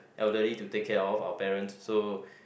elderly to take care of our parents so